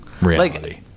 reality